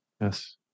Yes